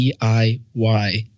DIY